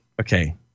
okay